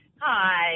Hi